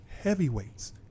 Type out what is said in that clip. heavyweights